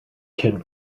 kid